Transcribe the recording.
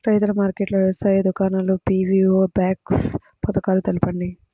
రైతుల మార్కెట్లు, వ్యవసాయ దుకాణాలు, పీ.వీ.ఓ బాక్స్ పథకాలు తెలుపండి?